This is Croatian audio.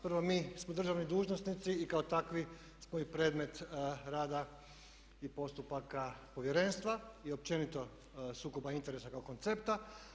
Prvo mi smo državni dužnosnici i kao takvi smo i predmet rada i postupaka Povjerenstva i općenito sukoba interesa kao koncepta.